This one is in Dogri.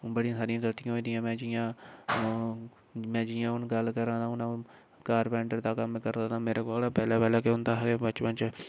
बड़ियां सारियां गलतियां होई दियां में जियां में जियां हून गल्ल करां तां हून अ'ऊं कारपैंटर दा कम्म करां दा मेरे कोल पैह्लें पैह्लें केह् होंदा हा के बचपन च